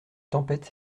tempête